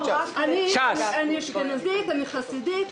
אני אשכנזית, אני חסידית.